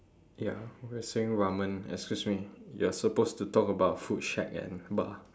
ya we are saying ramen excuse me you are supposed to talk about food shack and bar